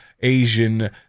Asian